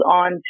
on